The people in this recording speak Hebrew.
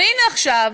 הינה עכשיו,